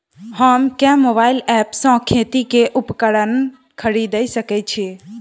हम केँ mobile app सँ खेती केँ उपकरण खरीदै सकैत छी?